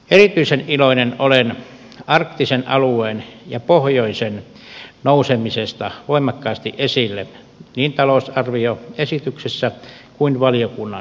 erityisen iloinen olen arktisen alueen ja pohjoisen nousemisesta voimakkaasti esille niin talousarvioesityksessä kuin valiokunnan mietinnössäkin